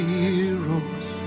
heroes